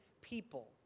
people